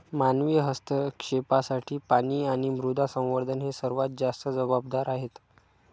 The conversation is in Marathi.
मानवी हस्तक्षेपासाठी पाणी आणि मृदा संवर्धन हे सर्वात जास्त जबाबदार आहेत